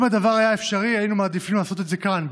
אם הדבר היה אפשרי היינו מעדיפים לעשות את זה כאן,